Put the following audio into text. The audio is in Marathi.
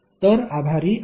तर आभारी आहे